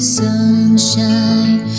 sunshine